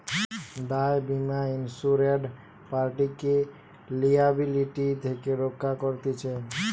দায় বীমা ইন্সুরেড পার্টিকে লিয়াবিলিটি থেকে রক্ষা করতিছে